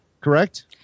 Correct